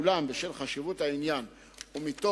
אולם בשל חשיבות העניין ומתוך